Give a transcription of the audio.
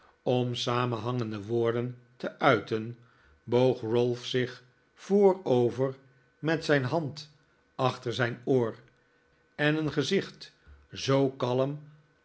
om samenhangende woorden te uiten boog ralph zich voorover met zijn hand achter zijn aor en een gezicht zoo kalm